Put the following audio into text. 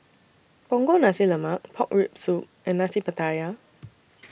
Punggol Nasi Lemak Pork Rib Soup and Nasi Pattaya